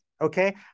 Okay